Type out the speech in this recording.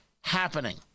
happening